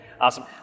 Awesome